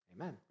Amen